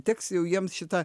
teks jau jiems šitą